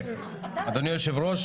אדוני היושב-ראש,